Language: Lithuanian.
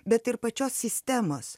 bet ir pačios sistemos